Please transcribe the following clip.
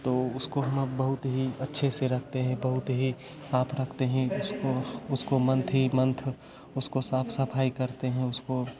तो उसको हम अब बहुत ही अच्छे से रखते हैं बहुत ही साफ रखते हैं उसको उसको मंथ ही मंथ उसको साफ सफाई करते हैं उसको